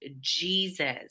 Jesus